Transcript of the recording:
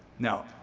now,